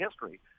history